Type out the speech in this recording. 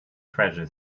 treasure